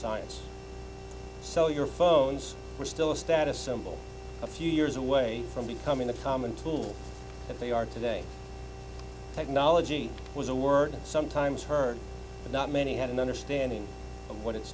science so your phones were still a status symbol a few years away from becoming a common tool that they are today technology was a word sometimes heard not many had an understanding of what i